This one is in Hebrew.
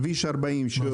כביש 40 שהוא